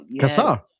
Casar